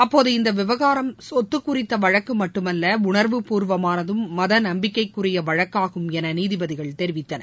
அப்போது இந்த விவகாரம் சொத்து குறித்த வழக்கு மட்டுமல்ல உணர்வுப்பூர்வமானதும் மத நம்பிக்கைக்குரிய வழக்காகும் என நீதிபதிகள் தெரிவித்தனர்